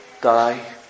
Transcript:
die